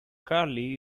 carley